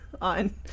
on